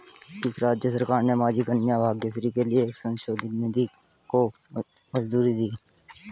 किस राज्य सरकार ने माझी कन्या भाग्यश्री के लिए एक संशोधित नीति को मंजूरी दी है?